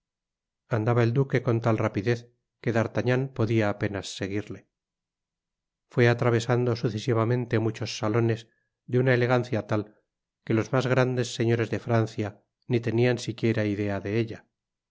andaba el duque con tal rapidez que d'artagnan podia apenas seguirle fué atravesando sucesivamente muchos salones de una elegancia tal que los mas grandes señores de francia ni tenian siquiera idea de ella